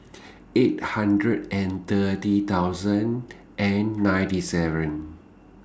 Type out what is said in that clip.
eight hundred and thirty thousand and ninety seven